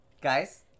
Guys